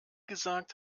gesagt